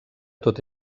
tot